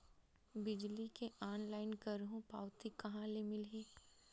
बिजली के ऑनलाइन करहु पावती कहां ले मिलही?